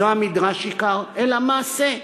לא המדרש עיקר, אלא המעשה.